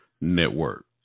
Network